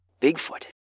Bigfoot